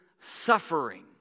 suffering